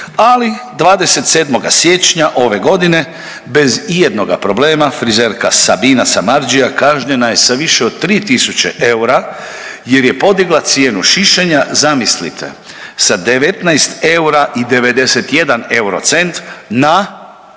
ali 27. siječnja ove godine bez ijednoga problema frizerka Sabina Samardžija kažnjena je sa više od 3.000 eura jer je podigla cijenu šišanja, zamislite sa 19 eura i 91 eurocent na